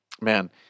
man